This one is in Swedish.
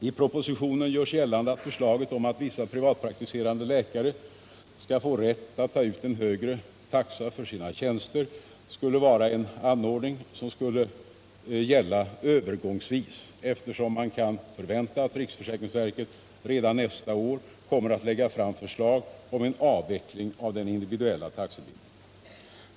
I propositionen görs gällande att förslaget om att vissa privatpraktiserande läkare skall få rätt att ta ut en högre taxa för sina tjänster skulle vara 175 en anordning som skulle gälla övergångsvis, eftersom man kan förvänta att riksförsäkringsverket redan nästa år kommer att lägga fram förslag om en avveckling av den individuella taxebindningen.